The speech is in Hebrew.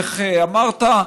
איך אמרת?